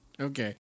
Okay